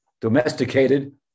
domesticated